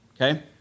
Okay